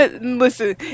listen